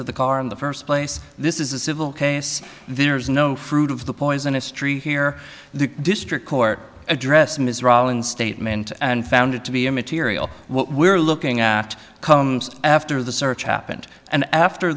to the car in the first place this is a civil case there is no fruit of the poisonous tree here the district court address ms rolland statement and found it to be immaterial what we're looking at comes after the search happened and after